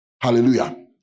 hallelujah